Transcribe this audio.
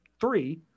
three